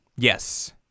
Yes